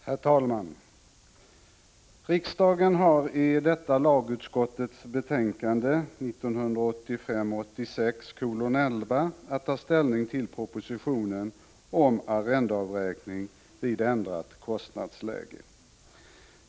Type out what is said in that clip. Herr talman! Riksdagen har vid behandlingen av lagutskottets betänkande 1985/86:11 att ta ställning till propositionen om arrendeavräkning vid ändrat kostnadsläge.